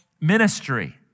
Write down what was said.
ministry